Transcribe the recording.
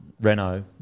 Renault